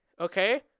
okay